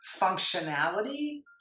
functionality